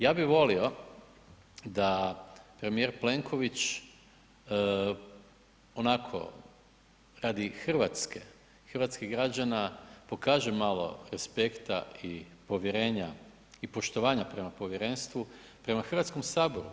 Ja bih volio da premijer Plenković onako radi Hrvatske i hrvatskih građana pokaže malo respekta i povjerenja i poštovanja prema povjerenstvu, prema Hrvatskom saboru.